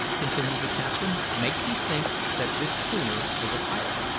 continued the captain, makes you think that this schooner is a pirate?